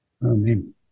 Amen